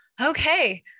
Okay